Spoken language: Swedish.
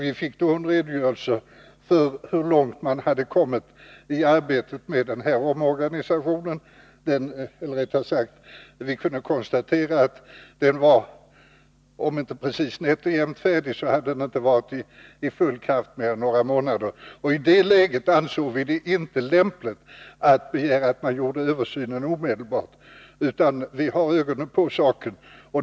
Vi fick då en redogörelse för hur långt man hade kommit i arbetet med denna omorganisation. Om den inte var precis nätt och jämnt färdig, hade den i varje fall inte varit i full kraft mer än några månader. I det läget ansåg vi det inte lämpligt att begära en översyn omedelbart. Vi har emellertid ögonen på saken.